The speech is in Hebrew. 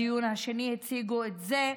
בדיון השני הם הציגו את זה,